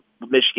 Michigan